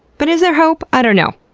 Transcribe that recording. but is there hope? i don't know.